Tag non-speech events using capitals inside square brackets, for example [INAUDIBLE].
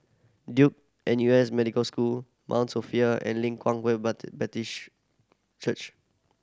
Duke N U S Medical School Mount Sophia and Leng Kwang [UNINTELLIGIBLE] Baptist Church